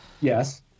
Yes